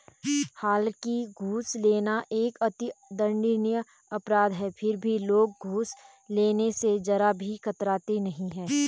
हालांकि घूस लेना एक अति दंडनीय अपराध है फिर भी लोग घूस लेने स जरा भी कतराते नहीं है